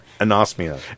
anosmia